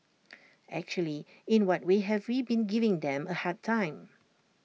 actually in what way have we been giving them A hard time